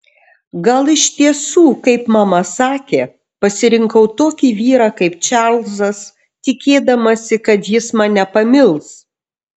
gal iš tiesų kaip mama sakė pasirinkau tokį vyrą kaip čarlzas tikėdamasi kad jis mane pamils